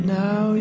now